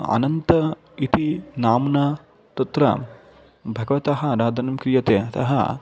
अनन्तः इति नाम्ना तत्र भगवतः आराधना क्रियते अतः